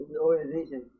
organization